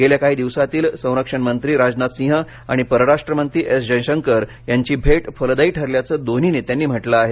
गेल्या काही दिवसातील संरक्षण मंत्री राजनाथसिंह आणि परराष्ट्रमंत्री एस जयशंकर यांची भेट फलदायी ठरल्याच दोन्ही नेत्यांनी म्हटल आहे